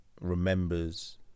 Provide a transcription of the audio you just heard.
remembers